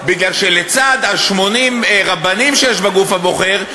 בגלל שלצד 80 הרבנים שיש בגוף הבוחר,